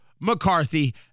McCarthy